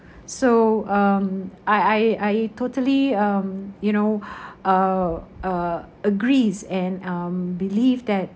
so um I I I totally um you know a a agrees and um believe that